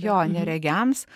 jo neregiams